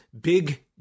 big